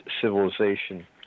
civilization